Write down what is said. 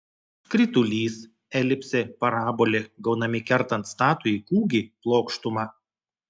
skritulys elipsė parabolė gaunami kertant statųjį kūgį plokštuma